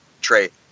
trait